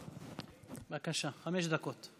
בבקשה, חמש דקות.